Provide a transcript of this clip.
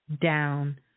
down